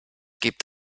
gibt